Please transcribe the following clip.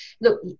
Look